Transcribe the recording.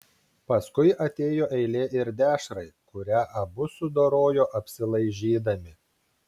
paskui atėjo eilė ir dešrai kurią abu sudorojo apsilaižydami